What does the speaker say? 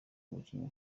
umukinnyi